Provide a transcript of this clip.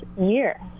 year